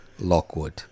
Lockwood